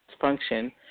function